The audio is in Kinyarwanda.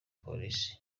polisi